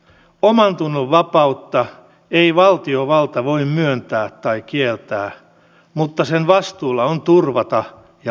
omantunnon vapautta ei valtiovalta voi myöntää tai kieltää mutta sen vastuulla on turvata ja varjella sitä